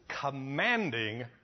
commanding